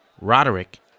Roderick